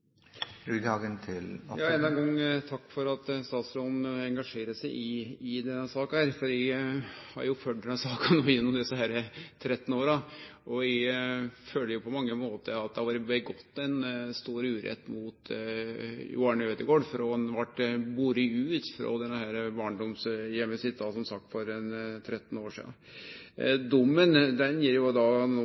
ein gong takk for at statsråden engasjerer seg i denne saka. Eg har følgt denne saka gjennom desse 13 åra, og eg føler på mange måtar at det har vore gjort ein stor urett mot Jo Arne Ødegård, frå han blei kasta ut av barndomsheimen sin for 13 år sida. Dommen gjer greie for kva som ligg til grunn for prisfastsetjinga, eller skjønet, likevel er det ei utfordring – så klart – for Jo